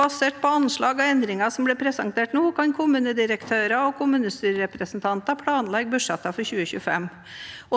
Basert på anslag og endringer som blir presentert nå, kan kommunedirektører og kommunestyrerepresentanter planlegge budsjettene for 2025,